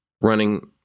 running